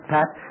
Pat